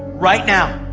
right now.